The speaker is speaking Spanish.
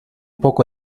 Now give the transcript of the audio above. poco